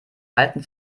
alten